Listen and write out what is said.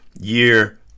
year